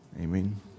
Amen